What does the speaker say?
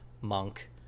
monk